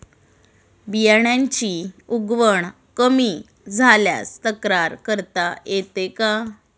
बियाण्यांची उगवण कमी झाल्यास तक्रार करता येते का?